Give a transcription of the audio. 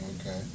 Okay